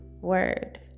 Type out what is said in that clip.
word